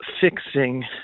fixing